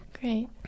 great